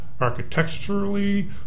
Architecturally